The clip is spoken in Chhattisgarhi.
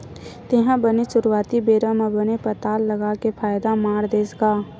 तेहा बने सुरुवाती बेरा म बने पताल लगा के फायदा मार देस गा?